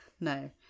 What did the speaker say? No